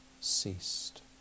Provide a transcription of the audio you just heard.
ceased